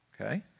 Okay